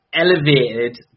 elevated